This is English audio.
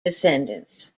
descendants